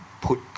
put